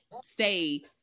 say